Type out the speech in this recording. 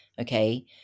okay